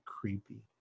creepy